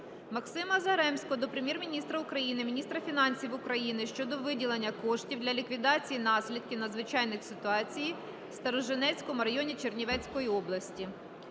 Максима Заремського до Прем'єр-міністра України, міністра фінансів України щодо виділення коштів для ліквідації наслідків надзвичайних ситуації в Сторожинецькому районі Чернівецької області.